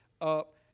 up